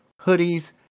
hoodies